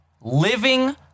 living